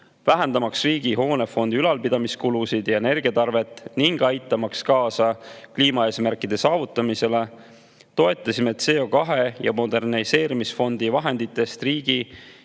vähendada riigi hoonefondi ülalpidamise kulusid ja energiatarvet ning aidata kaasa kliimaeesmärkide saavutamisele. Toetasime CO2- ja moderniseerimisfondi vahenditega,